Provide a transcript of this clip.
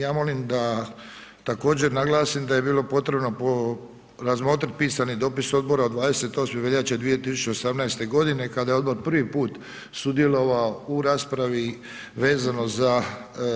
Ja molim da, također naglasim da je bilo potrebno po, razmotrit pisani dopis odbora od 28. veljače 2018. kada je odbor prvi put sudjelovao u raspravi vezano za